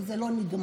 כי זה לא נגמר.